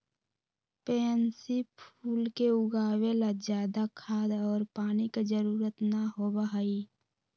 pansy फूल के उगावे ला ज्यादा खाद और पानी के जरूरत ना होबा हई